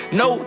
no